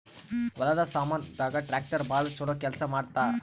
ಹೊಲದ ಸಾಮಾನ್ ದಾಗ ಟ್ರಾಕ್ಟರ್ ಬಾಳ ಚೊಲೊ ಕೇಲ್ಸ ಮಾಡುತ್ತ